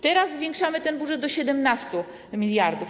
Teraz zwiększamy ten budżet do 17 mld.